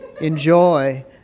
Enjoy